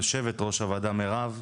מירב.